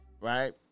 Right